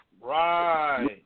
Right